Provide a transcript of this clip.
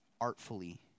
artfully